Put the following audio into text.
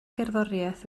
gerddoriaeth